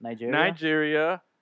Nigeria